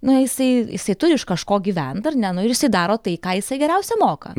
na jisai jisai turi iš kažko gyvent ar ne nu ir jisai daro tai ką jisai geriausiai moka